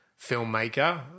filmmaker